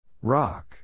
Rock